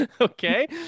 Okay